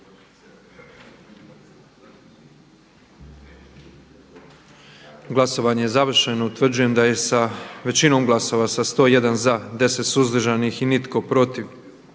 Glasovanje je završeno. Utvrđujem da je sa 104 glasa za i jednim suzdržanim i 4 protiv